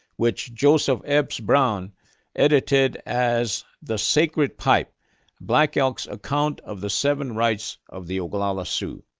which joseph epes brown edited as the sacred pipe black elk's account of the seven rites of the oglala sioux.